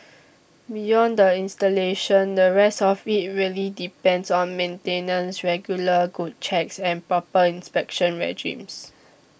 beyond the installation the rest of it really depends on maintenance regular good checks and proper inspection regimes